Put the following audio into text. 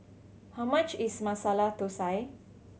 how much is Masala Thosai